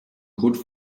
code